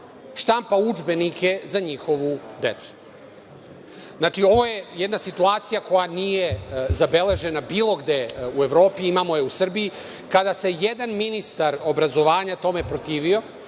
štampa udžbenike za njihovu decu. Znači, ovo je jedna situacija koja nije zabeležena bilo gde u Evropi, imamo je u Srbiji. Kada se jedan ministar obrazovanja tome protivio,